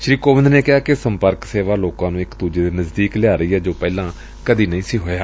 ਸ੍ਰੀ ਕੋਵਿੰਦ ਨੇ ਕਿਹਾ ਕਿ ਸੰਪਰਕ ਸੇਵਾ ਲੋਕਾਂ ਨੁੰ ਇਕ ਦੁਜੇ ਦੇ ਨਜਦੀਕ ਲਿਆ ਰਹੀ ਏ ਜੋ ਪਹਿਲਾਂ ਕਦੀ ਨਹੀਂ ਸੀ ਹੋਇਆ